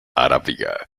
arábiga